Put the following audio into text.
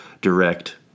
direct